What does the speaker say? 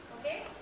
okay